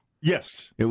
Yes